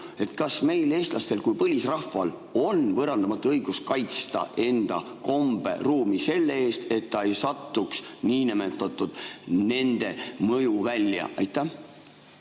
Kas meil, eestlastel kui põlisrahval on võõrandamatu õigus kaitsta enda komberuumi selle eest, et ta ei satuks niinimetatud nende mõjuvälja? Tänan,